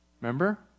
remember